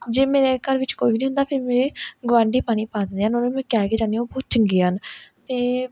ਜੇ ਮੇਰੇ ਘਰ ਵਿੱਚ ਕੋਈ ਵੀ ਨਹੀਂ ਹੁੰਦਾ ਫਿਰ ਮੇਰੇ ਗੁਆਂਢੀ ਪਾਣੀ ਪਾ ਦਿੰਦੇ ਹਨ ਉਹਨਾਂ ਨੂੰ ਮੈਂ ਕਹਿ ਕੇ ਜਾਂਦੀ ਹਾਂ ਉਹ ਬਹੁਤ ਚੰਗੇ ਹਨ ਅਤੇ